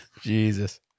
Jesus